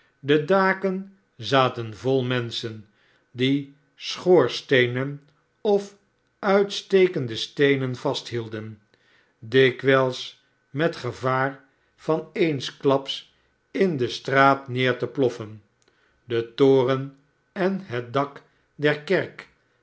de daken zaten vol menschen die schoorsteenen of uitstekende steenen vasthielden dikwijls met gevaar van eensklaps in de straat neer te ploffen de toren en het dak der kerk